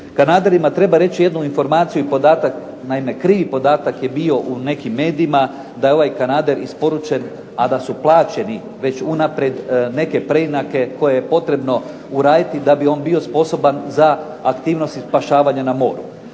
kanaderima treba reći jednu informaciju i podatak, naime krivi podatak je bio u nekim medijima da je ovaj kanader isporučen, a da su plaćeni već unaprijed neke preinake koje je potrebno uraditi da bi on bio sposoban za aktivnosti spašavanja na moru.